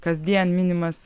kasdien minimas